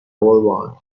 قربان